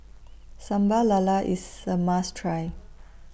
Sambal Lala IS A must Try